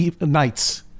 nights